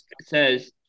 says